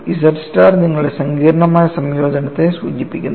Z star നിങ്ങളുടെ സങ്കീർണ്ണമായ സംയോജനത്തെ സൂചിപ്പിക്കുന്നു